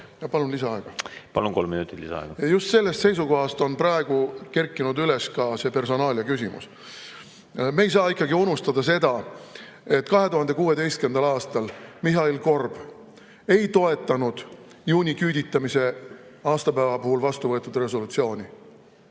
minutit lisaaega. Palun! Kolm minutit lisaaega. Just sellest seisukohast on praegu kerkinud üles ka see personaalia küsimus. Me ei saa unustada seda, et 2016. aastal Mihhail Korb ei toetanud juuniküüditamise aastapäeva puhul vastu võetud resolutsiooni.